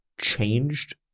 changed